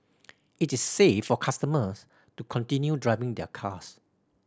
it is safe for customers to continue driving their cars